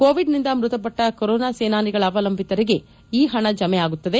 ಕೋವಿಡ್ನಿಂದ ಮೃತಪಟ್ಟ ಕೊರೊನಾ ಸೇನಾನಿಗಳ ಅವಲಂಬಿತರಿಗೆ ಈ ಪಣ ಜಮೆ ಆಗುತ್ತವೆ